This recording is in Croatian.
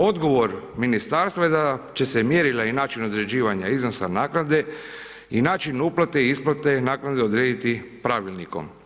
Odgovor ministarstva je da će se mjerila i način određivanja iznosa naknade i način uplate i isplate naknade odrediti pravilnikom.